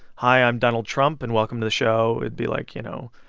hi, i'm donald trump and welcome to the show, it'd be like, you know,